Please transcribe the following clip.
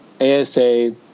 ASA